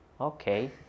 Okay